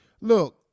Look